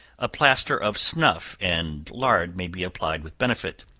a plaster of snuff and lard may be applied with benefit,